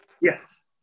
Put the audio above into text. Yes